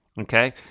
Okay